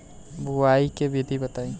बुआई के विधि बताई?